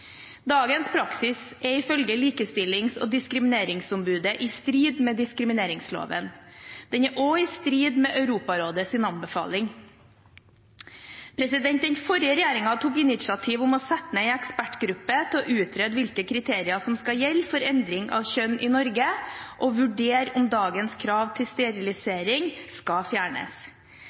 Dagens praksis er ifølge Likestillings- og diskrimineringsombudet i strid med diskrimineringsloven. Den er også i strid med Europarådets anbefaling. Den forrige regjeringen tok initiativ til å sette ned en ekspertgruppe til å utrede hvilke kriterier som skal gjelde for endring av kjønn i Norge, og vurdere om dagens krav til sterilisering skal fjernes.